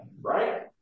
right